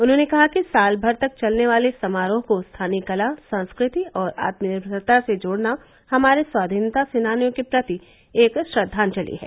उन्होंने कहा कि साल भर तक चलने वाले समारोह को स्थानीय कला संस्कृति और आत्मनिर्भरता से जोड़ना हमारे स्वाधीनता सेनानियों के प्रति एक श्रद्धांजलि है